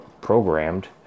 programmed